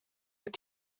wyt